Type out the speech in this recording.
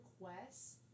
requests